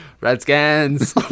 Redskins